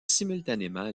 simultanément